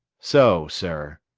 so, sir.